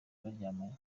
baryamanye